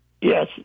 yes